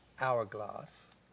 hourglass